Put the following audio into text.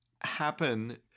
happen